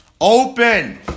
Open